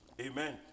Amen